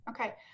Okay